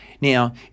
Now